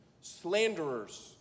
slanderers